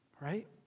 right